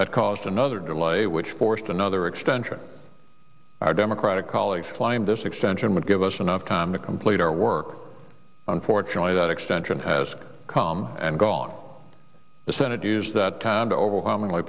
that caused another delay which forced another extra our democratic colleagues claim this extension would give us enough time to complete our work unfortunately that extension has come and gone the senate to use that time to overwhelmingly